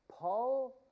Paul